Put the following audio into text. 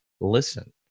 listen